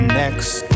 next